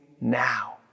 now